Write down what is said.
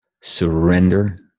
surrender